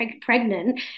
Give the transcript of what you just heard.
pregnant